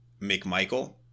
McMichael